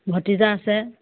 ভতিজা আছে